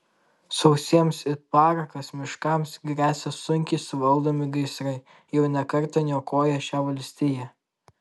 sausiems it parakas miškams gresia sunkiai suvaldomi gaisrai jau ne kartą niokoję šią valstiją